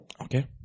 Okay